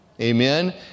Amen